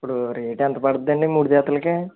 ఇప్పుడు రేట్ ఎంత పడుద్ది అండి మూడు జతలకి